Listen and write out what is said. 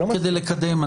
כדי לקדם,